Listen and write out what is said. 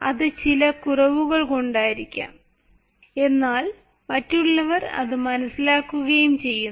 അത് ചില കുറവുകൾ കൊണ്ടായിരിക്കാം എന്നാൽ മറ്റുള്ളവർ അത് മനസ്സിലാക്കുകയും ചെയ്യുന്നു